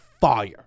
fire